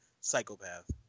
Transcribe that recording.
psychopath